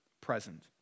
present